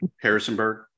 Harrisonburg